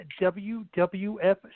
WWF